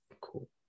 cool